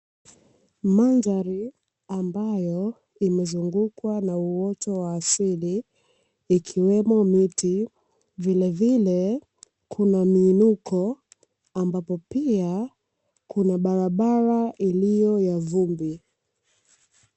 Mandhari ambayo imezungukwa na uoto wa asili ikiwemo miti, vile vile kuna miinuko ambapo pia, kuna barabara iliyo ya vumbi.